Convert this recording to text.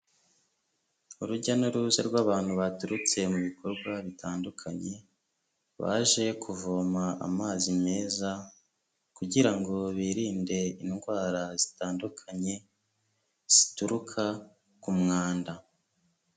Urujya n'uruza rw'abantu baturutse mu bikorwa bitandukanye baje kuvoma amazi meza kugira ngo birinde indwara zitandukanye zituruka ku mwanda.